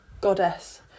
Goddess